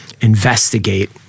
investigate